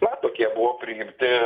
na tokie buvo priimti